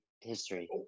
history